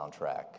soundtrack